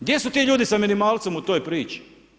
Gdje su ti ljudi sa minimalcem u toj priči?